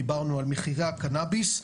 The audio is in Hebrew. דיברנו על מחירי הקנאביס,